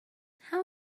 how